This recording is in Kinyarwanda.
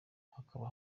hakaba